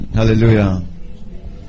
hallelujah